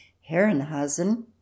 herrenhausen